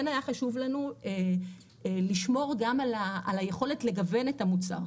כן היה חשוב לנו לשמור גם על היכולת לגוון את המוצר,